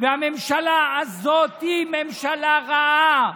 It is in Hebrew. הממשלה הזאת היא ממשלה רעה,